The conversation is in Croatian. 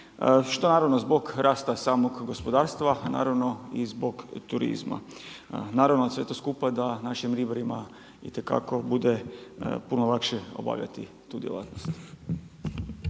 šta naravno, zbog rasta samog gospodarstva, a naravno i zbog turizma. Naravno, da sve to skupa da našim ribarima itekako bude puno lakše obavljati tu djelatnost.